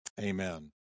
Amen